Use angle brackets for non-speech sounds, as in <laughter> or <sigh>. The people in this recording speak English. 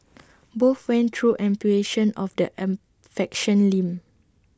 <noise> both went through amputation of the an faction limb